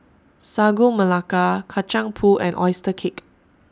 Sagu Melaka Kacang Pool and Oyster Cake